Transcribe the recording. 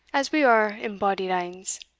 as we are embodied anes.